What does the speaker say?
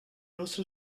also